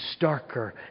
starker